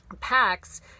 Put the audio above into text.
Packs